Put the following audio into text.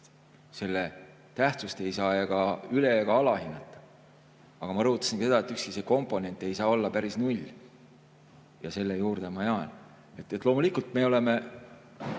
Selle tähtsust ei saa üle‑ ega alahinnata. Aga ma rõhutasin ka seda, et ükski komponent ei saa olla päris null. Selle juurde ma jään. Loomulikult, me oleme